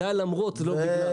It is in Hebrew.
זה היה למרות ולא בגלל.